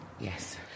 Yes